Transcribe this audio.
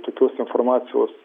tokios informacijos